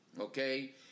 okay